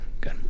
good